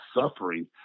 suffering